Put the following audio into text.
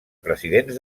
presidents